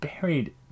buried